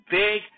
big